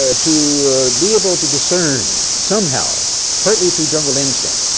ah to be able to discern somehow partly through jungle instinct,